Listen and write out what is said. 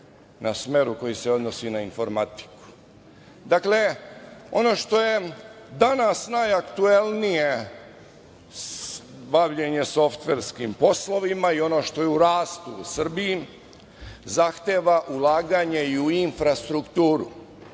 na smeru koji se odnosi na informatiku. Dakle, ono što je danas najaktuelnije, bavljenje softverskim poslovima i ono što je u rastu u Srbiji zahteva ulaganje i u infrastrukturu.